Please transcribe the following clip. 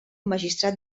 magistrat